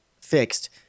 fixed